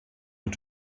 und